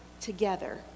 together